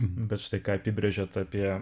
bet štai ką apibrėžėt apie